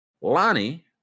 Lonnie